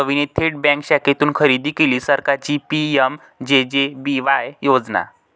रवीने थेट बँक शाखेतून खरेदी केली सरकारची पी.एम.जे.जे.बी.वाय योजना